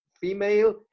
female